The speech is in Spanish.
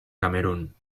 camerún